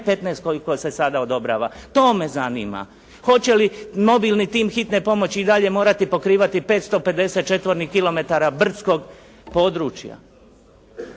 koji se sada odobrava. To me zanima. Hoće li mobilni tim hitne pomoći i dalje morati pokrivati 550 četvornih kilometara brdskog područja?